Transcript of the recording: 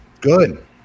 Good